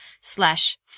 slash